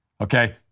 Okay